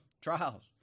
Trials